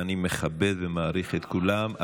ואני מכבד ומעריך את כולם,